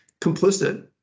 complicit